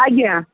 ଆଜ୍ଞା